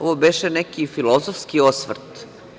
Ovo beše neki filozofski osvrt.